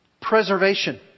Preservation